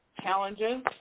challenges